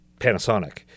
Panasonic